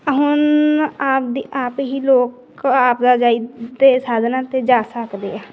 ਹੁਣ ਆਪ ਦੀ ਆਪ ਹੀ ਲੋਕ ਆਵਾਜਾਈ ਦੇ ਸਾਧਨਾ 'ਤੇ ਜਾ ਸਕਦੇ ਆ